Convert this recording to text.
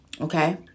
okay